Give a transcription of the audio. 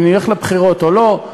אם נלך לבחירות או לא,